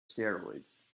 steroids